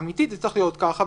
אמיתי זה צריך להיות ככה.